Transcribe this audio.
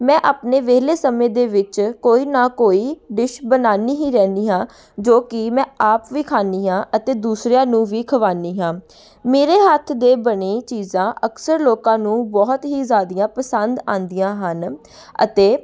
ਮੈਂ ਆਪਣੇ ਵਿਹਲੇ ਸਮੇਂ ਦੇ ਵਿੱਚ ਕੋਈ ਨਾ ਕੋਈ ਡਿਸ਼ ਬਣਾਉਂਦੀ ਹੀ ਰਹਿੰਦੀ ਹਾਂ ਜੋ ਕਿ ਮੈਂ ਆਪ ਵੀ ਖਾਂਦੀ ਹਾਂ ਅਤੇ ਦੂਸਰਿਆਂ ਨੂੰ ਵੀ ਖਵਾਉਂਦੀ ਹਾਂ ਮੇਰੇ ਹੱਥ ਦੇ ਬਣੇ ਚੀਜ਼ਾਂ ਅਕਸਰ ਲੋਕਾਂ ਨੂੰ ਬਹੁਤ ਹੀ ਜ਼ਿਆਦੀਆਂ ਪਸੰਦ ਆਉਂਦੀਆਂ ਹਨ ਅਤੇ